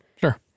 Sure